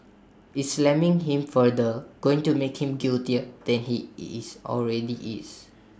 is slamming him further going to make him guiltier than he is already is